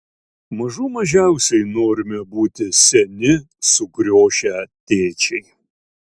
mažų mažiausiai norime būti seni sukriošę tėčiai